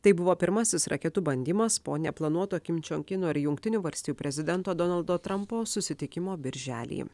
tai buvo pirmasis raketų bandymas po neplanuoto kim džiong kino ir jungtinių valstijų prezidento donaldo trampo susitikimo birželį